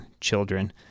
children